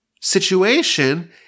situation